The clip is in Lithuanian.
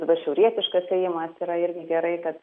dabar šiaurietiškas ėjimas yra irgi gerai kad